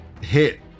hit